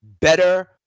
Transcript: better